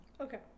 Okay